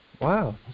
Wow